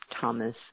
Thomas